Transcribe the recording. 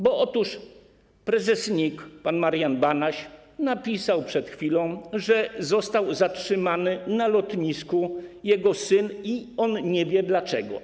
Bo prezes NIK, pan Marian Banaś, napisał przed chwilą, że został zatrzymany na lotnisku jego syn i on nie wie dlaczego.